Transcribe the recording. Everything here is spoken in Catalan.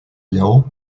lleó